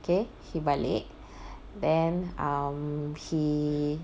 okay he balik then um he